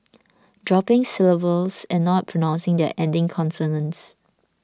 dropping syllables and not pronouncing their ending consonants